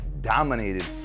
dominated